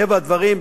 מטבע הדברים,